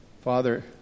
Father